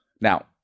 Now